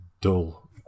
dull